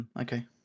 Okay